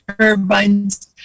turbines